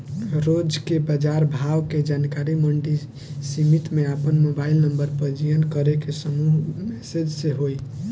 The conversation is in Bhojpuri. रोज के बाजार भाव के जानकारी मंडी समिति में आपन मोबाइल नंबर पंजीयन करके समूह मैसेज से होई?